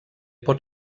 pot